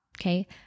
okay